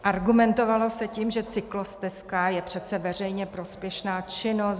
Argumentovalo se tím, že cyklostezka je přece veřejně prospěšná činnost.